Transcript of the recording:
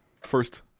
first